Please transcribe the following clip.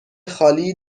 خالی